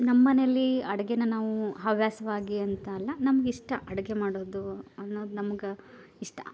ನಮ್ಮ ಮನೇಲಿ ಅಡ್ಗೆನ ನಾವು ಹವ್ಯಾಸವಾಗಿ ಅಂತ ಅಲ್ಲ ನಮಗಿಷ್ಟ ಅಡುಗೆ ಮಾಡೋದು ಅನ್ನೊದು ನಮ್ಗೆ ಇಷ್ಟ